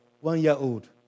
one-year-old